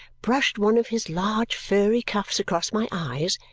brushed one of his large furry cuffs across my eyes